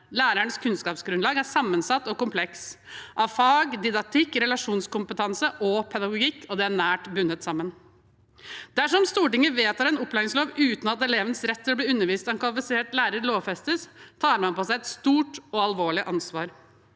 Lærerens kunnskapsgrunnlag er sammensatt og kompleks av fag, didaktikk, relasjonskompetanse og pedagogikk, og det er nært bundet sammen. Dersom Stortinget vedtar en opplæringslov uten at elevenes rett til å bli undervist av en kvalifisert lærer lovfestes, tar man på seg et stort og alvorlig ansvar.